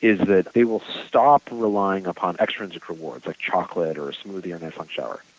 is that they will stop relying upon extrinsic rewards like chocolates or smoothies and extra long shower.